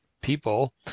people